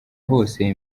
hose